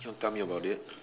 you want tell me about it